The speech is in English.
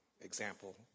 example